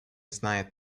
знает